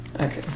Okay